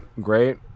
Great